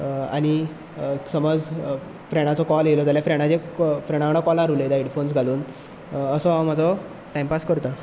आनी समज फ्रँडाचो कॉल येयलो जाल्यार फ्रँडाचे कॉल फ्रँडा वांगडा कॉलार उलयतां हेडफोन्स घालून असो हांव म्हजो टायम पास करतां